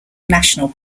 national